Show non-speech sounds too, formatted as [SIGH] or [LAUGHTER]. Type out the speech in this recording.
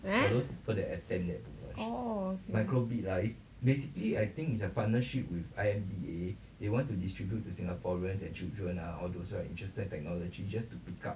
[NOISE] oh okay